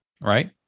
Right